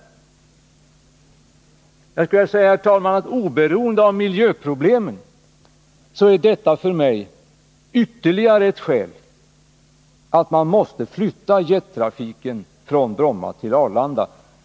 Herr talman! Oberoende av miljöproblemen är detta för mig ytterligare ett skälatt flytta jettrafiken från Bromma till Arlanda.